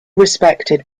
respected